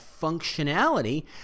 functionality